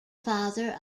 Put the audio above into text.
father